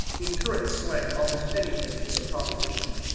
in current slang almost anything is a proposition.